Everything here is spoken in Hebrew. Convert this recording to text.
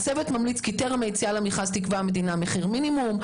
הצוות ממליץ כי טרם היציאה למכרז תיקבע המדינה מחיר מינימום.